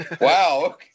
Wow